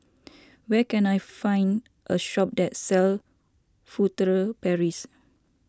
where can I find a shop that sells Furtere Paris